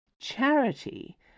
charity